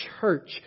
church